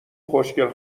خوشگل